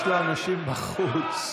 יש לו אנשים בחוץ.